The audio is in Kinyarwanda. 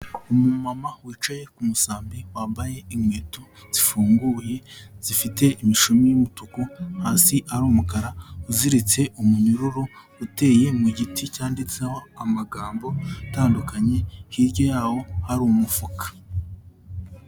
Umumama wicaye ku musambi wambaye inkweto zifunguye zifite imishumi y'umutuku, hasi ari umukara, uziritse umunyururu uteye mu giti cyanditseho amagambo atandukanye hirya yawo hari umufuka.